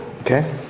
Okay